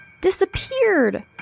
disappeared